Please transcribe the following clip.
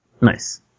Nice